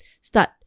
start